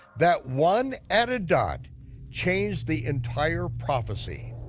that one added dot changed the entire prophecy.